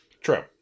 True